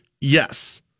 yes